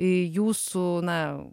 jūsų na